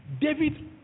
David